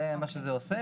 זה מה שזה עושה.